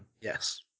Yes